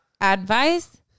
Advice